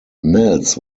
nels